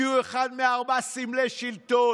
כי הוא אחד מארבעה סמלי שלטון.